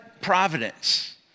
providence